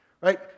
Right